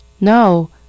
No